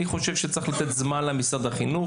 אני חושב שצריך לתת זמן למשרד החינוך,